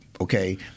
okay